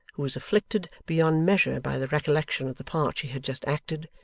who was afflicted beyond measure by the recollection of the part she had just acted,